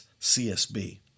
CSB